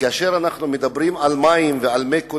כאשר אנחנו מדברים על מים ועל מי קולחין,